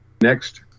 Next